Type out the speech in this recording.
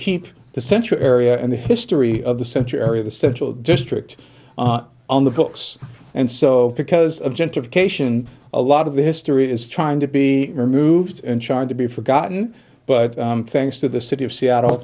keep the central area and the history of the center of the central district on the books and so because of gentrification a lot of the history is trying to be removed and charged to be forgotten but thanks to the city of seattle